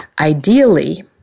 Ideally